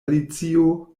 alicio